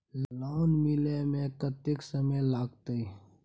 Loan मिले में कत्ते समय लागते?